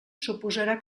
suposarà